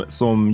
som